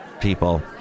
people